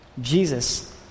Jesus